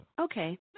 Okay